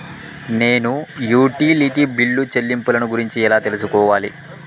నేను utility bill చెల్లింపులను గురించి ఎలా తెలుసుకోవాలి?